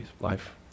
life